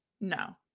No